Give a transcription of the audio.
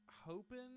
hoping